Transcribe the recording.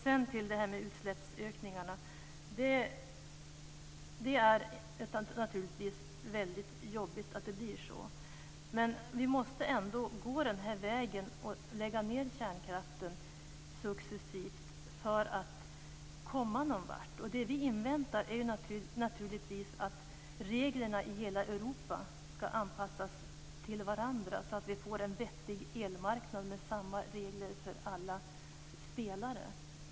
Det är naturligtvis väldigt jobbigt att det blir utsläppsökningar, men vi måste ändå gå den här vägen och lägga ned kärnkraften successivt för att komma någonvart. Det vi inväntar är naturligtvis att reglerna i hela Europa ska anpassas till varandra, så att vi får en vettig elmarknad med samma regler för alla spelare.